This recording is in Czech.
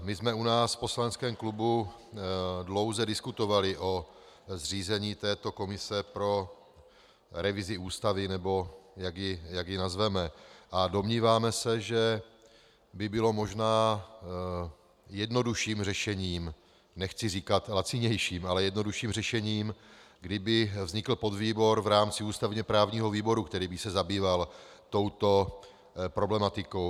My jsme u nás v poslaneckém klubu dlouze diskutovali o zřízení této komise pro revizi Ústavy, nebo jak ji nazveme, a domníváme se, že by bylo možná jednodušším řešením, nechci říkat lacinějším, ale jednodušším řešením, kdyby vznikl podvýbor v rámci ústavněprávního výboru, který by se zabýval touto problematikou.